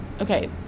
okay